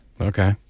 Okay